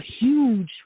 huge